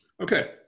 Okay